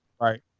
Right